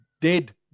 dead